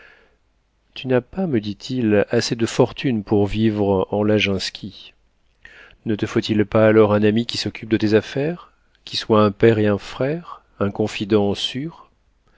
tu n'as pas me dit-il assez de fortune pour vivre en laginski ne te faut-il pas alors un ami qui s'occupe de tes affaires qui soit un père et un frère un confident